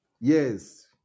Yes